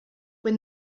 when